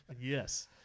Yes